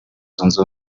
zunze